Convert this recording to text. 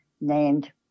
named